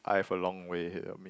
I have a long way help me